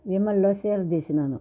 విమల్లో చీర తీసినాను